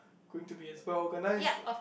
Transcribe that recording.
going to be as well organised lah